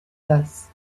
this